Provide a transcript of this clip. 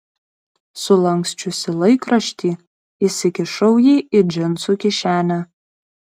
sulanksčiusi laikraštį įsikišau jį į džinsų kišenę